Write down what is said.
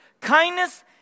Kindness